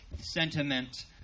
sentiment